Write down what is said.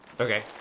Okay